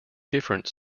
different